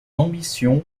ambition